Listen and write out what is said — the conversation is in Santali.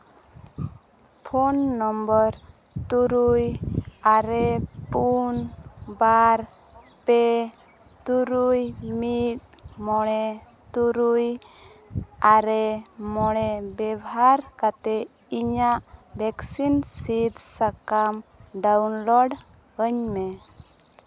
ᱯᱷᱳᱱ ᱱᱚᱢᱵᱚᱨ ᱛᱩᱨᱩᱭ ᱟᱨᱮ ᱯᱩᱱ ᱵᱟᱨ ᱯᱮ ᱛᱩᱨᱩᱭ ᱢᱤᱫ ᱢᱚᱬᱮ ᱛᱩᱨᱩᱭ ᱟᱨᱮ ᱢᱚᱬᱮ ᱵᱮᱵᱷᱟᱨ ᱠᱟᱛᱮ ᱤᱧᱟᱹᱜ ᱵᱷᱮᱠᱥᱤᱱ ᱥᱤᱫᱽ ᱥᱟᱠᱟᱢ ᱰᱟᱣᱩᱱᱞᱳᱰ ᱟᱹᱧ ᱢᱮ